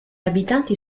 abitanti